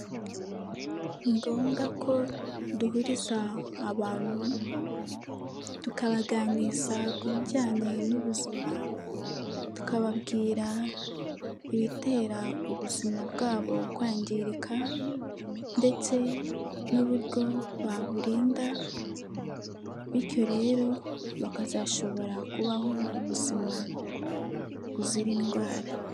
Ni ngombwa ko duhuriza abantu, tukabaganiriza ku bijyanye n'ubuzima, tukababwira ibitera ubuzima bwabo kwangirika ndetse n'uburyo baburinda, bityo rero bakazashobora kubaho mu buzima buzira indwara.